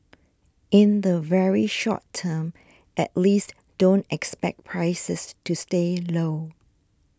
in the very short term at least don't expect prices to stay low